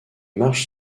marches